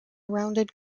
rounded